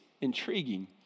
intriguing